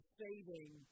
saving